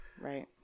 right